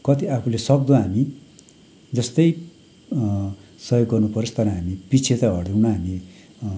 कति आफूले सक्दो हामी जस्तै सहयोग गर्नु परोस् तर हामी पछि चाहिँ हट्दैनौँ हामी